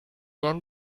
yang